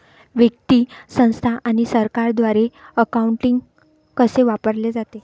व्यक्ती, संस्था आणि सरकारद्वारे अकाउंटिंग कसे वापरले जाते